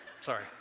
Sorry